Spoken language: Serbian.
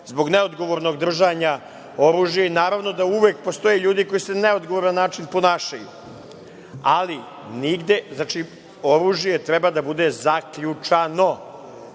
zbog neodgovornog držanja oružja. Naravno da uvek postoje ljudi koji se na neodgovoran način ponašaju. Znači, oružje treba da bude zaključno,